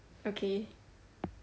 okay